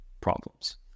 problems